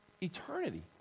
eternity